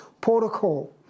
protocol